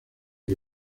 que